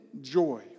joy